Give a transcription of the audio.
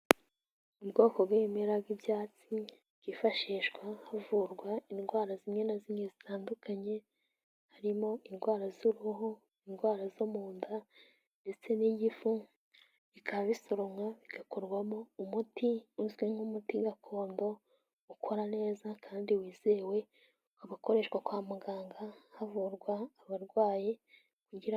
Ubwoko bw'ibimera bw'ibyatsi byifashishwa havurwa indwara zimwe na zimwe zitandukanye, harimo indwara z'uruhu, indwara zo mu nda ndetse n'igifu, bikaba bisoromwa bigakorwamo umuti uzwi nk'umuti gakondo ukora neza kandi wizewe, ukaba ukoreshwa kwa muganga havurwa abarwayi kugira.